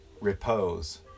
repose